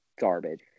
garbage